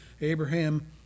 Abraham